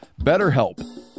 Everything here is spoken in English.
BetterHelp